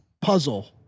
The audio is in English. puzzle